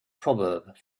proverb